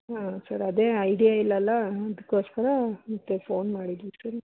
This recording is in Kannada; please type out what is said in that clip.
ಹಾಂ ಸರ್ ಅದೇ ಐಡಿಯಾ ಇಲ್ಲಲ್ಲ ಅದಕ್ಕೋಸ್ಕರ ಮತ್ತೆ ಫೋನ್ ಮಾಡಿದ್ದು ಸರ್